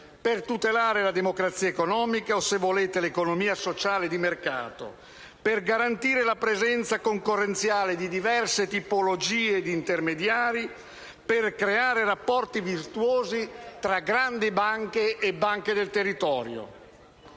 per tutelare la democrazia economica o - se volete - l'economia sociale di mercato, per garantire la presenza concorrenziale di diverse tipologie di intermediari e creare rapporti virtuosi tra grandi banche e banche del territorio.